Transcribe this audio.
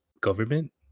government